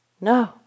No